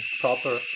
proper